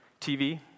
TV